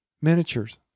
miniatures